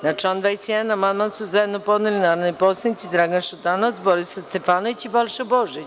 Na član 21. amandman su zajedno podneli narodni poslanici Dragan Šutanovac, Borislav Stefanović i Balša Božović.